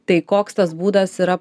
tai koks tas būdas yra